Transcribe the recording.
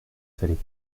fallait